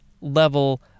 level